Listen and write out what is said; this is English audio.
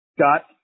Scott